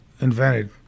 invented